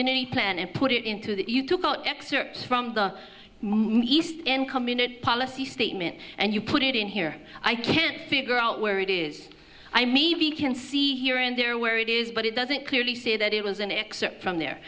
ty plan and put it into that you took out excerpts from the east and community policy statement and you put it in here i can't figure out where it is i maybe can see here and there where it is but it doesn't clearly say that it was an excerpt from there